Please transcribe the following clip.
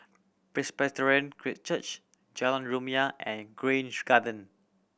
Presbyterian Church Jalan Rumia and Grange Garden